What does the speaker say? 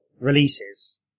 releases